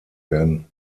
werden